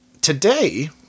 today